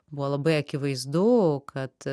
buvo labai akivaizdu kad